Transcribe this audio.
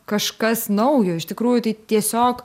kažkas naujo iš tikrųjų tai tiesiog